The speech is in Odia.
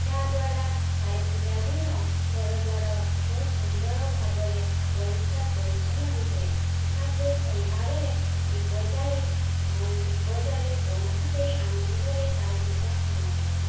ଯାହାଦ୍ୱାରା କାଳୀ ପୂଜା ଦିନ ଘରଦ୍ଵାର ବହୁତ ସୁନ୍ଦର ଭାବରେ ପରିଷ୍କାର ପରିଚ୍ଛନ୍ନ ରୁହେ ତା'ପରେ ସନ୍ଧ୍ୟାବେଳେ ଦୀପ ଜାଳି ଦୀପ ଜାଳି ବମ୍ ଫୁଟେ ଆନନ୍ଦରେ କାଳୀ ପୂଜା ମନାଯାଏ